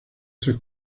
tres